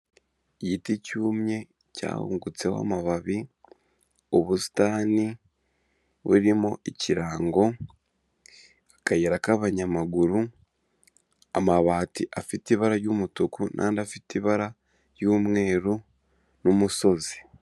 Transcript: igiti cyumye, cyahungungutseho amababi, ubusitani buririmo ikirango, akayira k'abanyamaguru, amabati afite ibara ry'umutuku, n'andi afite ibara ry'umweru n'umusozi,